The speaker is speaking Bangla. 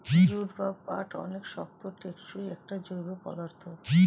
জুট বা পাট অনেক শক্ত, টেকসই একটা জৈব পদার্থ